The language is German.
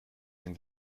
den